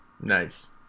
nice